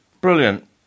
Brilliant